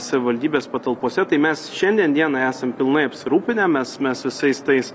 savivaldybės patalpose tai mes šiandien dienai esam pilnai apsirūpinę mes mes visais tais